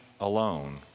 alone